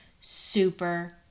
super